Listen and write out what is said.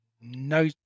no